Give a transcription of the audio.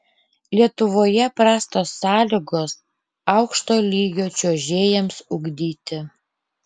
lietuvoje prastos sąlygos aukšto lygio čiuožėjams ugdyti